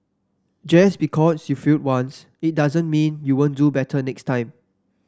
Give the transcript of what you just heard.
just because you failed once it doesn't mean you won't do better next time